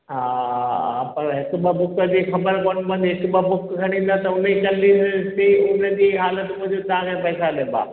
हा पर हिक ॿ बुक कजे ख़बरु कोन पवंदी हिकु ॿ बुक खणी ईंदा त उन जी चालनी में ते उनजी हालत जे हिसाब पैसा ॾिबा